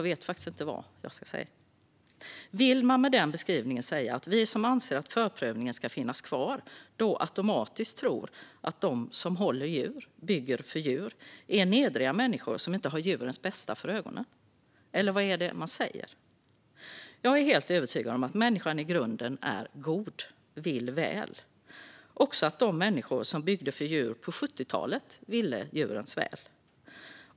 Vill man med denna beskrivning säga att vi som anser att förprövningen ska finnas kvar då automatiskt tror att de som håller djur och bygger för djur är nedriga människor som inte har djurens bästa för ögonen? Eller vad är det man säger? Jag är helt övertygad om att människan i grunden är god och vill väl och att också de människor som byggde för djur på 1970-talet ville djurens väl.